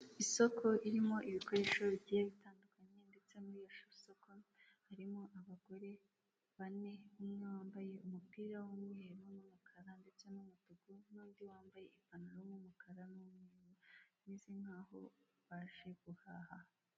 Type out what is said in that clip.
Isoko ririmo ibikoresho bigiye bitandukanye ndetse muri iryo soko harimo abagore bane, umwe wambaye umupira w'umweru n'umukara, ndetse n'umutuku n'undi wambaye ipantaro y'umukara n'umweru umeze nk'aho baje guhaha.